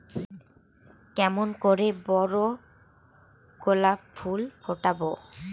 কেমন করে বড় গোলাপ ফুল ফোটাব?